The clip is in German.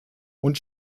und